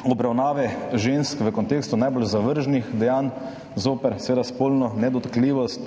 obravnave žensk v kontekstu najbolj zavržnih dejanj zoper spolno nedotakljivost.